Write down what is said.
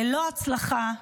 ללא הצלחה.